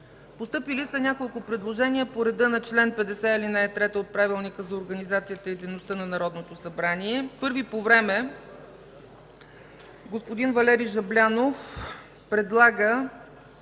Постъпили са няколко предложения по реда на чл. 50, ал. 3 от Правилника за организацията и дейността на Народното събрание. Първо по време – господин Валери Жаблянов предлага